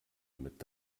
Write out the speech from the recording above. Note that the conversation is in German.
mit